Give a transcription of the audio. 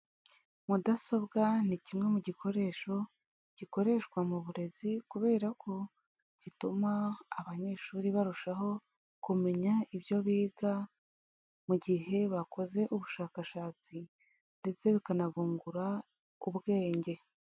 Mudasobwa ni kimwe mu gikoresho gikoreshwa mu burezi kubera ko gituma abanyeshuri barushaho kumenya ibyo biga, mu gihe bakoze ubushakashatsi ndetse bikanabungura ubwenge.